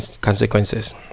consequences